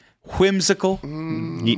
Whimsical